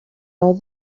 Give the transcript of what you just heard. all